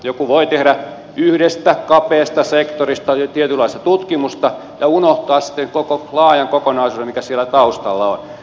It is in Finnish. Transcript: joku voi tehdä yhdestä kapeasta sektorista tietynlaista tutkimusta ja unohtaa sitten koko laajan kokonaisuuden mikä siellä taustalla on